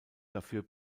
dafür